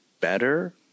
better